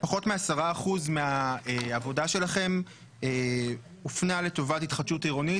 פחות מ-10% מהעבודה שלכם הופנתה לטובת התחדשות עירונית,